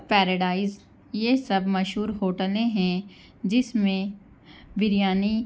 paradise یہ سب مشہور ہوٹلیں ہیں جس میں بریانی